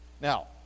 Now